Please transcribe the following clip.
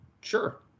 sure